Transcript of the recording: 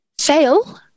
fail